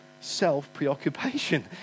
self-preoccupation